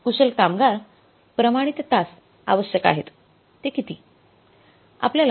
कुशल कामगार प्रमाणित तास आवश्यक आहेत ते किती